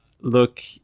look